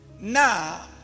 Now